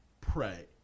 pray